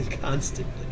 constantly